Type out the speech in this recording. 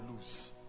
lose